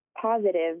positive